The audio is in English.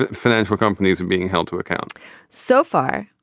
ah financial companies are being held to account so far,